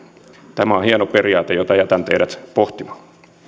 tämä on hieno periaate jota jätän teidät pohtimaan